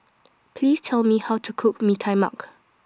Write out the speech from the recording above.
Please Tell Me How to Cook Mee Tai Mak